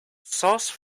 sauce